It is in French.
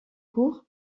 cour